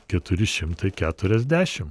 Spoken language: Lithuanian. keturi šimtai keturiasdešim